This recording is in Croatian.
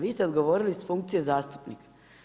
Vi ste odgovorili iz funkcije zastupnika.